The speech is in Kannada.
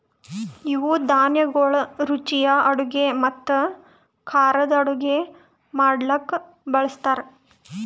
ಇವು ಧಾನ್ಯಗೊಳ್ ರುಚಿಯ ಅಡುಗೆ ಮತ್ತ ಖಾರದ್ ಅಡುಗೆ ಮಾಡ್ಲುಕ್ ಬಳ್ಸತಾರ್